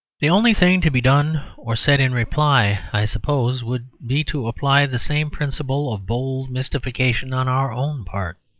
the only thing to be done or said in reply, i suppose, would be to apply the same principle of bold mystification on our own part.